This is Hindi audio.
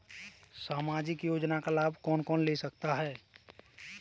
सामाजिक योजना का लाभ कौन कौन ले सकता है?